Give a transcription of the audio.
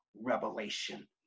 revelation